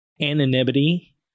anonymity